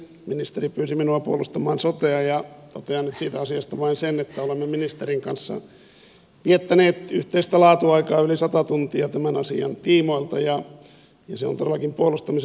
ministeri pyysi minua puolustamaan sotea ja totean nyt siitä asiasta vain sen että olemme ministerin kanssa viettäneet yhteistä laatuaikaa yli sata tuntia tämän asian tiimoilta ja se on todellakin puolustamisen arvoinen